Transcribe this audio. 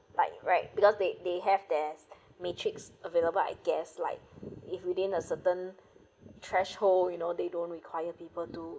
like right because they they have their matrix available I guess like if within a certain threshold you know they don't require people to